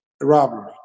robbery